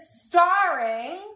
starring